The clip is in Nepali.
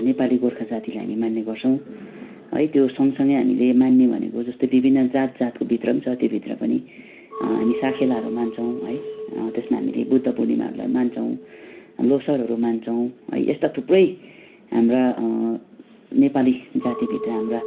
नेपाली गोर्खा जातिले हामी मान्ने गर्छौँ है त्यो सँगसँगै हामीले मान्ने भनेको जस्तै विभिन्न जात जातको भित्र पनि छ त्योभित्र पनि हामी साकेलाहरू मान्छौँ है त्यसमा हामीले बुद्ध पूर्णिमाहरूलाई मान्छौँ लोसारहरू मान्छौँ है यस्ता थुप्रै हाम्रा नेपाली जातिभित्र हाम्रा